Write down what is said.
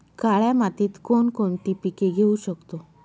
काळ्या मातीत कोणकोणती पिके घेऊ शकतो?